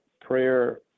prayer